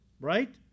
right